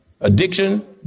addiction